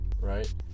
right